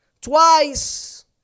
twice